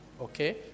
Okay